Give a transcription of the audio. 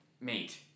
mate